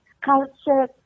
culture